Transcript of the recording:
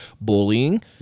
bullying